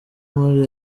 muri